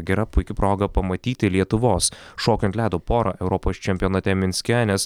gera puiki proga pamatyti lietuvos šokių ant ledo porą europos čempionate minske nes